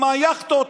עם היאכטות,